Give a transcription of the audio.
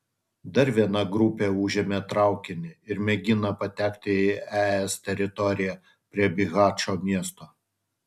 dar viena grupė užėmė traukinį ir mėgina patekti į es teritoriją prie bihačo miesto